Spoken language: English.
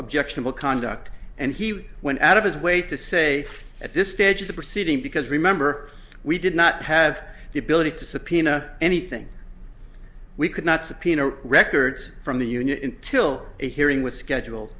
objectionable conduct and he went out of his way to say at this stage of the proceeding because remember we did not have the ability to subpoena anything we could not subpoena records from the unit until a hearing was schedule